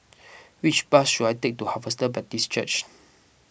which bus should I take to Harvester Baptist Church